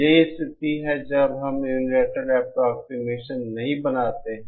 यही स्थिति है जब हम यूनिलैटरल एप्रोक्सीमेशन नहीं बनाते हैं